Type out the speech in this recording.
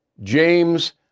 James